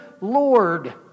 Lord